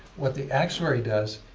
what the actuary does,